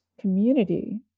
community